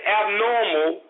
abnormal